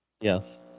yes